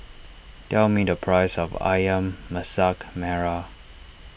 tell me the price of Ayam Masak Merah